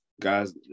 guys